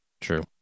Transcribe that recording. True